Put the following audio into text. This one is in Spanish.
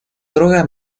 droga